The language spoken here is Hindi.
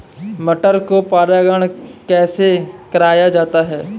मटर को परागण कैसे कराया जाता है?